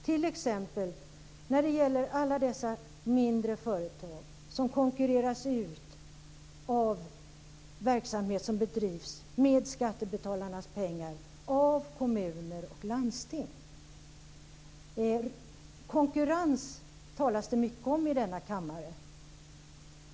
Det gäller t.ex. alla dessa mindre företag som konkurreras ut av verksamhet som bedrivs med hjälp av skattebetalarnas pengar av kommuner och landsting. Konkurrens talas det mycket om i denna kammare.